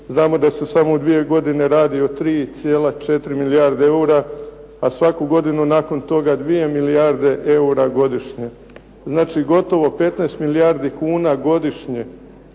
Znamo da se samo u dvije godine radi o 3,4 milijarde eura, a svaku godinu nakon toga 2 milijarde eura godišnje, znači gotovo 15 milijardi kuna godišnje